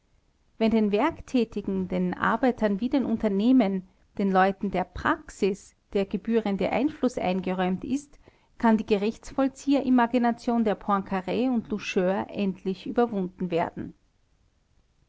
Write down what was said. wenn den werktätigen den arbeitern wie den unternehmern den leuten der praxis der gebührende einfluß eingeräumt ist kann die gerichtsvollzieherimagination der poincar und loucheur endlich überwunden werden